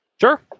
Sure